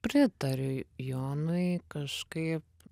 pritariu jonui kažkaip